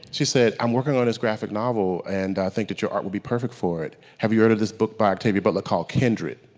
she said i'm working on this graphic novel and i think that your art will be perfect for it. have you heard of this book by octavia butler called kindred?